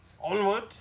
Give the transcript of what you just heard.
Onward